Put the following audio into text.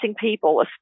people